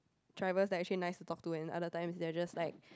drivers that are actually nice talk to and other times they are just like